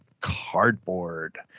cardboard